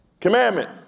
commandment